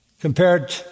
compared